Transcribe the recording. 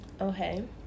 Okay